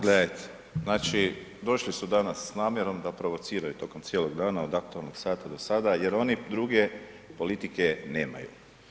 Gledajte, znači došli su danas s namjerom da provociraju tokom cijelog dana od aktualnog sata do sada jer oni druge politike nemaju.